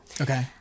Okay